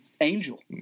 Angel